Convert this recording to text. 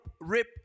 rip